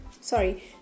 sorry